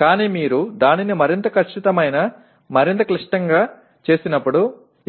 కానీ మీరు దానిని మరింత ఖచ్చితమైన మరింత క్లిష్టంగా చేసినప్పుడు